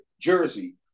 Jersey